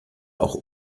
auch